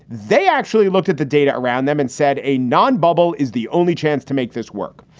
they actually looked at the data around them and said a non bubble is the only chance to make this work.